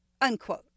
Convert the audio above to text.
Unquote